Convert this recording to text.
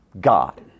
God